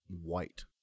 white